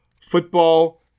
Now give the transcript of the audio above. football